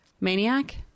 Maniac